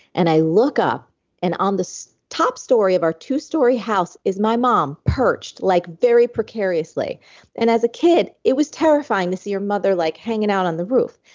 and i look up and on the so top story of our two-story house is my mom perched like very precariously and as a kid, it was terrifying to see your mother like hanging out on the roof.